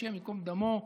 השם ייקום דמו,